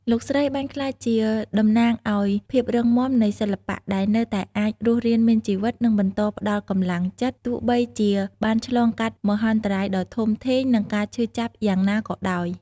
លោកស្រីបានក្លាយជាតំណាងឱ្យ ភាពរឹងមាំនៃសិល្បៈ ដែលនៅតែអាចរស់រានមានជីវិត និងបន្តផ្តល់កម្លាំងចិត្ត ទោះបីជាបានឆ្លងកាត់មហន្តរាយដ៏ធំធេង និងការឈឺចាប់យ៉ាងណាក៏ដោយ។